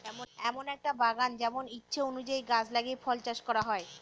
এমন একটা বাগান যেমন ইচ্ছে অনুযায়ী গাছ লাগিয়ে ফল চাষ করা হয়